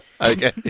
Okay